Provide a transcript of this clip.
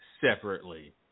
separately